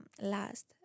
last